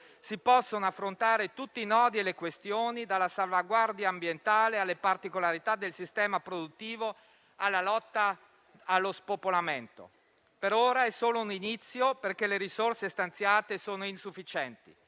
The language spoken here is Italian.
si possono affrontare tutti i nodi e le questioni, dalla salvaguardia ambientale alle particolarità del sistema produttivo, fino alla lotta allo spopolamento. Per ora è solo un inizio, perché le risorse stanziate sono insufficienti